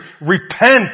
Repent